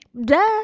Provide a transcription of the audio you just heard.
Duh